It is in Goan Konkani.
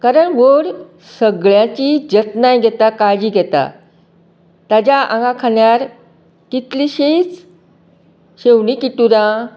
कारण वड सगळ्यांची जतनाय घेता काळजी घेता ताज्या आंगा खांदार कितलिशींच शेवणीं किटुरां